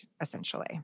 essentially